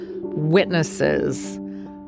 witnesses